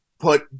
put